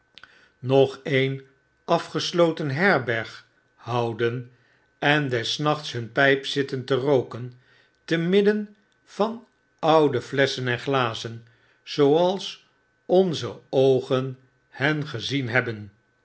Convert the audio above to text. nog een afgesloten herberg houden en des nachts iiunpypzittenterooken te midden van oude flesschen en glazen zooals onze oogen hen gezien hebben